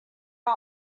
are